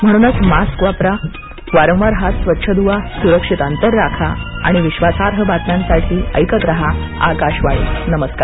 म्हणून मास्क परिधान करा वारंवार हात स्वच्छ धुवा सुरक्षित अंतर राखा आणि विश्वासार्ह बातम्यांसाठी ऐकत राहा आकाशवाणी नमस्कार